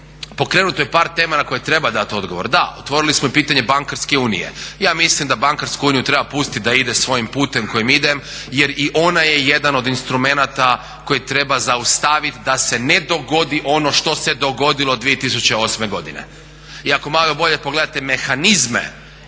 pokrenuto je par tema na koje treba dati odgovor. Da, otvorili smo i pitanje bankarske unije, ja mislim da bankarsku uniju treba pustiti da ide svojim putem kojim ide jer i ona je jedan od instrumenta koje treba zaustaviti da se ne dogodi ono što se dogodilo 2008.godine. I ako malo bolje pogledate mehanizme